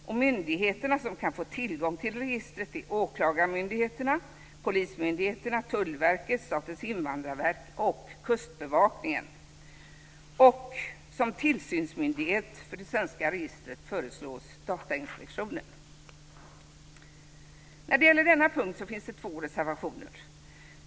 De myndigheter som kan få tillgång till registret är åklagarmyndigheter, polismyndigheter, Tullverket, Statens invandrarverk och kustbevakningen. Som tillsynsmyndighet för det svenska registret föreslås Datainspektionen. När det gäller denna punkt finns det två reservationer.